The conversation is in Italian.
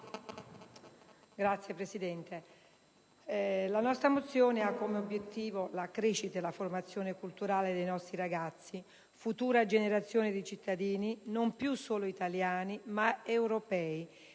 Signora Presidente, la nostra mozione ha come obiettivo la crescita e la formazione culturale dei nostri ragazzi, futura generazione di cittadini non più solo italiani ma europei,